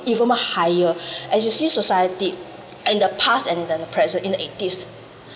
even higher as you see society in the past and in the present in the eighties